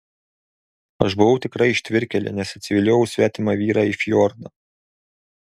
aš buvau tikra ištvirkėlė nes atsiviliojau svetimą vyrą į fjordą